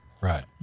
Right